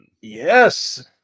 yes